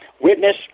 witness